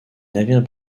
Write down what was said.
navires